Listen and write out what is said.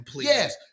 yes